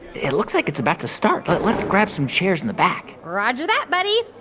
it looks like it's about to start. but let's grab some chairs in the back roger that, buddy.